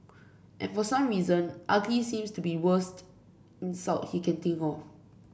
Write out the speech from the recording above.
and for some reason ugly seems to be worst insult he can think of